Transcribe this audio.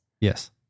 Yes